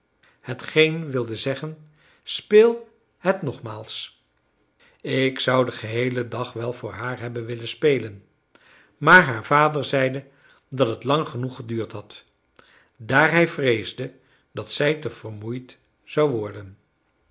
hetgeen wilde zeggen speel het nogmaals ik zou den geheelen dag wel voor haar hebben willen spelen maar haar vader zeide dat het lang genoeg geduurd had daar hij vreesde dat zij te vermoeid zou worden